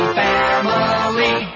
family